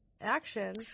action